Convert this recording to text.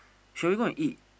shall we go and eat